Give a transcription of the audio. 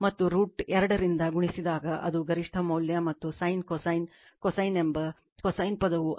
ಮತ್ತು √ 2 ದಿಂದ ಗುಣಿಸಿದಾಗ ಅದು ಗರಿಷ್ಠ ಮೌಲ್ಯ ಮತ್ತು sin cosine cosine ಎಂಬ cosine ಪದವು ಅದನ್ನು sin 90 o cos ಎಂದು ಪ್ರತಿನಿಧಿಸುತ್ತದೆ